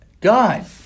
God